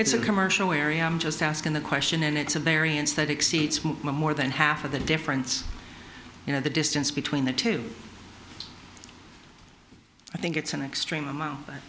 it's a commercial area i'm just asking the question and it's a variance that exceeds my more than half of the difference you know the distance between the two i think it's an extreme amount